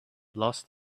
lost